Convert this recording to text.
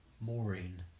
Maureen